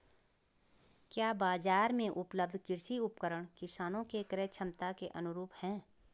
क्या बाजार में उपलब्ध कृषि उपकरण किसानों के क्रयक्षमता के अनुरूप हैं?